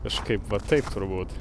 kažkaip va taip turbūt